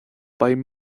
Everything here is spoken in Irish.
beidh